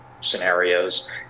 scenarios